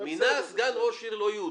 מינה סגן ראש עיר לא יהודי,